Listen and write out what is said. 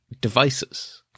devices